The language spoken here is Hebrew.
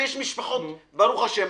ויש משפחות ברוך השם,